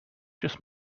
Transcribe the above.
just